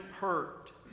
hurt